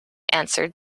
answered